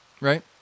right